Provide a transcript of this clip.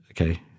Okay